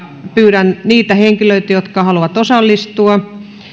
pyydän niitä henkilöitä jotka haluavat osallistua painamaan viides